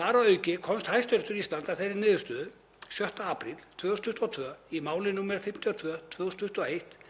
Þar að auki komst Hæstiréttur Íslands að þeirri niðurstöðu 6. apríl 2022 í máli nr. 52/2021